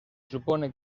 supone